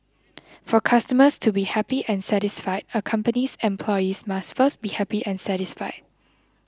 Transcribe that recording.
for customers to be happy and satisfied a company's employees must first be happy and satisfied